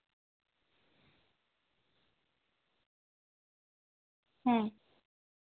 ᱦᱮᱸ